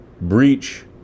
breach